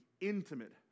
intimate